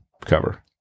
cover